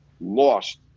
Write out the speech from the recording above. lost